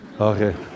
Okay